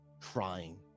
crying